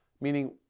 meaning